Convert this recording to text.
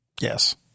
Yes